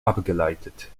abgeleitet